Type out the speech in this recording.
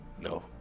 no